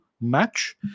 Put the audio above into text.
match